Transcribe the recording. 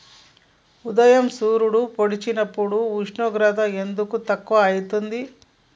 ఉదయం సూర్యుడు పొడిసినప్పుడు ఉష్ణోగ్రత ఎందుకు తక్కువ ఐతుంది?